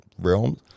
realms